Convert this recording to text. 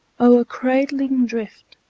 o'er cradling drift,